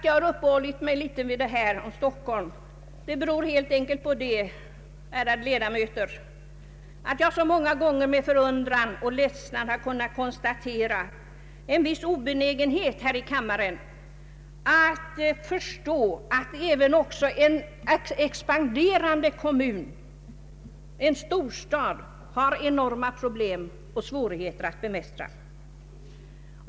Jag har uppehållit mig litet vid frågan om Stockholms vägar helt enkelt därför, ärade ledamöter, att jag många gånger med förundran och ledsnad kunnat konstatera en viss obenägenhet här i kammaren att förstå att även en expanderande kommun, en storstad, har enorma problem och svårigheter att bemästra.